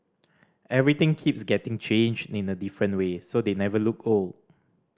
everything keeps getting changed in a different way so they never look old